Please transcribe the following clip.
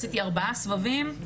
עשיתי שלושה סבבים.